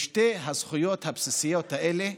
בשתי הזכויות הבסיסיות האלה,